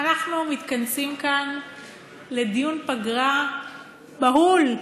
אנחנו מתכנסים כאן לדיון פגרה בהול.